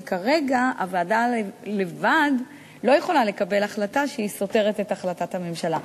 כי כרגע הוועדה לבד לא יכולה לקבל החלטה שסותרת את החלטת הממשלה.